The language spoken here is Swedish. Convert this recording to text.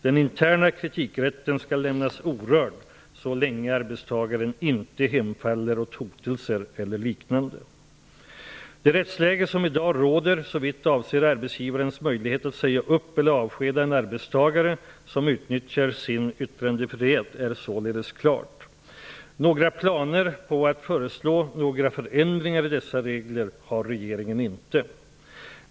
Den interna kritikrätten skall lämnas orörd så länge arbetstagaren inte hemfaller åt hotelser eller liknande. Det rättsläge som i dag råder såvitt avser arbetsgivarens möjlighet att säga upp eller avskeda en arbetstagare, som utnyttjar sin yttrandefrihet, är således klart. Några planer på att föreslå några förändringar i dessa regler har regeringen inte.